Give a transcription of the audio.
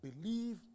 believe